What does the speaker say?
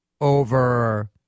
over